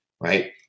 right